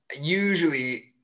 usually